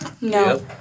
No